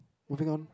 moving on